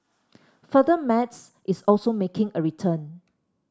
further Maths is also making a return